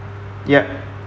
ya